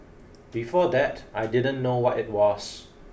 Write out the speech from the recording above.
before that I didn't know what it was